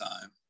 time